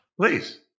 Please